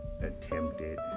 attempted